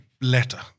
letter